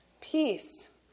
peace